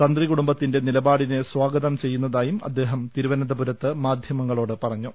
തന്ത്രികുടുംബ ത്തിന്റെ നിലപാടിനെ സ്ഥാഗതം ചെയ്യുന്നതായും അദ്ദേഹം തിരുവനന്തപുരത്ത് മാധ്യമങ്ങളോട് പറഞ്ഞു